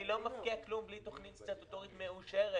אני לא מפקיע כלום בלי תוכנית סטטוטורית מאושרת.